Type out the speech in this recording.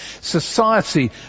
Society